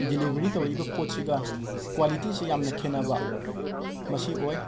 delivery ꯇꯧꯔꯛꯂꯤꯕ ꯄꯣꯠꯁꯤꯒ ꯀ꯭ꯋꯥꯂꯤꯇꯤꯁꯤ ꯌꯥꯝꯅ ꯈꯦꯠꯅꯕ ꯃꯁꯤ ꯑꯣꯏ